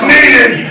Needed